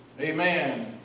Amen